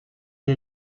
est